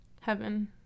heaven